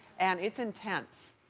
and it's intense.